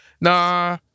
nah